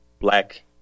black